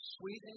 sweet